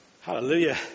Hallelujah